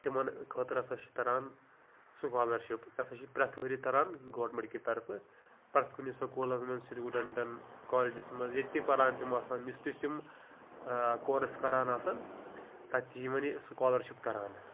تِمَن خٲطرٕ ہَسا چھِ تَران سُکالَرشِپ یہِ ہَسا چھِ پرٛیٚتھ ؤریہِ تَران گورمیٚنٛٹ کہِ طرفہٕ پرٛیٚتھ کُنہِ سکوٗلَس منٛز سٹوٗڈَنٹَن کالجیٚس منٛز ییٚتہِ تہِ پَران تِم آسان یُس تہِ یِم ٲں کورس کَران آسان تَتہِ چھِ یِمَن یہِ سکالَرشِپ تَران